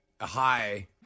hi